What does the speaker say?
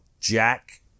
Jack